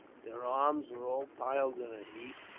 their arms were all piled in a heap,